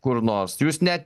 kur nors jūs net